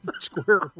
square